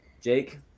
Jake